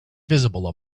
visible